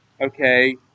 okay